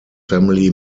family